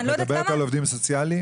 את מדברת על העובדים הסוציאליים?